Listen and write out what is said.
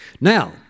Now